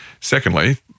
Secondly